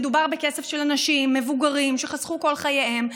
מדובר בכסף של אנשים מבוגרים שחסכו כל חייהם,